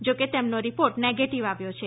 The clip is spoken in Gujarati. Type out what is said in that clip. જો કે તેમનો રિપોર્ટ નેગેટીવ આવ્યો છે